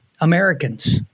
Americans